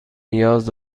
نیاز